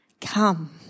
come